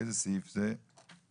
באיזה סעיף ההתחייבות?